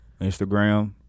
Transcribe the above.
Instagram